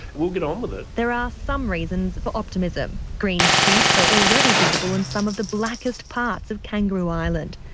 we'll get on with it. there are some reasons for optimism. green shoots are already visible in some of the blackest parts of kangaroo island,